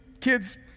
kids